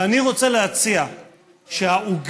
ואני רוצה להציע שהעוגה,